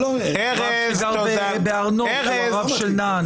הרב של נען בהר נוף.